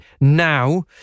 now